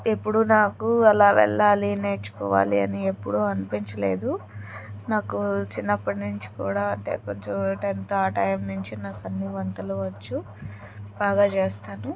ఎప్పుడూ నాకు అలా వెళ్ళాలి నేర్చుకోవాలి అని ఎప్పుడూ అనిపించలేదు నాకు చిన్నప్పటినుంచి కూడా అంటే కొంచెం టెంత్ ఆ టైం నుంచి నాకన్నీ వంటలు వచ్చు బాగా చేస్తాను